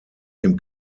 dem